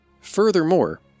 Furthermore